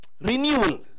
Renewal